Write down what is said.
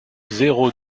zéro